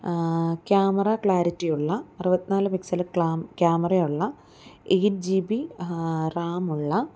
camera ക്ലാരിറ്റിയുള്ള അറുപതിനാല് pixel ക്ലാമ്പ് ക്യാമറയുള്ള എയ്റ്റ് ജി ബി റാമുള്ള